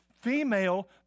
female